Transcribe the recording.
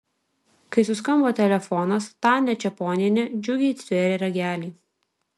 kai suskambo telefonas tania čeponienė džiugiai stvėrė ragelį